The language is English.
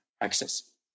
access